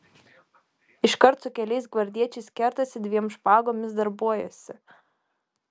iškart su keliais gvardiečiais kertasi dviem špagomis darbuojasi